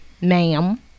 ma'am